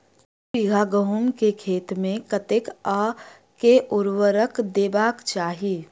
दु बीघा गहूम केँ खेत मे कतेक आ केँ उर्वरक देबाक चाहि?